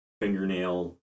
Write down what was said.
fingernail